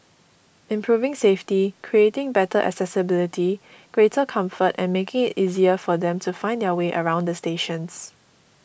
improving safety creating better accessibility greater comfort and making it easier for them to find their way around the stations